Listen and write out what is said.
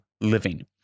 Living